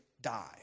die